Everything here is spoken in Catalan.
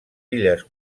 illes